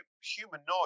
humanoid